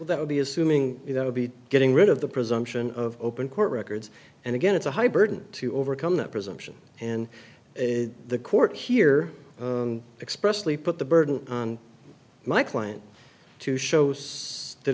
that would be assuming that would be getting rid of the presumption of open court records and again it's a high burden to overcome that presumption and is the court here expressly put the burden on my client to show